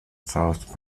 south